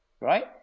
right